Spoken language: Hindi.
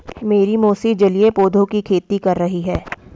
मेरी मौसी जलीय पौधों की खेती कर रही हैं